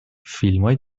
فیلمای